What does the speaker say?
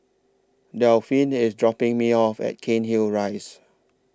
Delphine IS dropping Me off At Cairnhill Rise